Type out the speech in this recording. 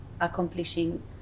accomplishing